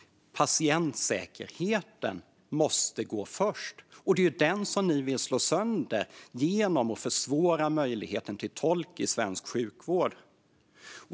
Patientsäkerheten måste gå först. Det är ju den som ni vill slå sönder genom att försämra möjligheten till tolk i svensk sjukvård.